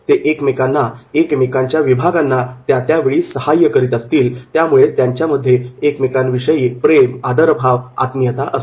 ते एकमेकांना एकमेकांच्या विभागांना त्या त्या वेळी सहाय्य करीत असतील त्यामुळे त्यांच्यामध्ये एकमेकांविषयी आत्मीयता असते